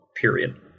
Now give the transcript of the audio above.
period